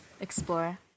explore